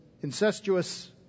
incestuous